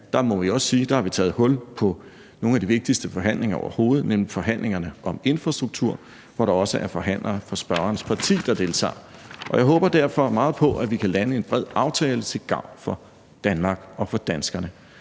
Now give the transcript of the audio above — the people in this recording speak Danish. må jeg også sige, at vi har taget hul på nogle af de vigtigste forhandlinger overhovedet, nemlig forhandlingerne om infrastruktur, hvor der også er forhandlere fra spørgerens parti, der deltager, og jeg håber derfor meget på, at vi kan lande en bred aftale til gavn for Danmark og for danskerne.